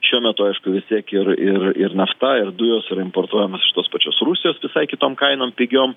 šiuo metu aišku vis tiek ir ir ir nafta ir dujos yra importuojamos iš tos pačios rusijos visai kitom kainom pigiom